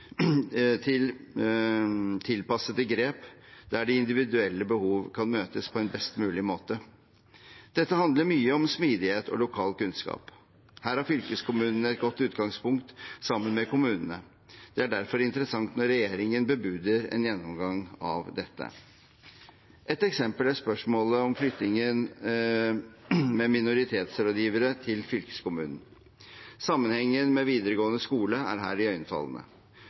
godt tilpassede grep der de individuelle behovene kan møtes på en best mulig måte. Dette handler mye om smidighet og lokal kunnskap. Her har fylkeskommunene et godt utgangspunkt sammen med kommunene. Det er derfor interessant når regjeringen bebuder en gjennomgang av dette. Et eksempel er spørsmålet om flytting av ordningen med minoritetsrådgivere til fylkeskommunen. Sammenhengen med videregående skole er her